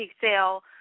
sale